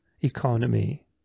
economy